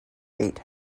eight